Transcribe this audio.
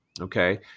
okay